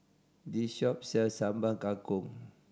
this shop sells Sambal Kangkong